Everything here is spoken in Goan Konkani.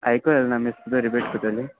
आयकूं येल् ना मीस पोतू रिपीट कोत्तोली